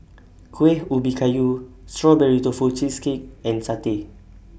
Kueh Ubi Kayu Strawberry Tofu Cheesecake and Satay